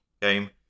game